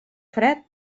fred